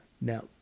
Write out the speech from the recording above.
Now